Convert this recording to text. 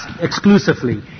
exclusively